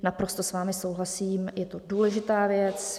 Naprosto s vámi souhlasím, je to důležitá věc.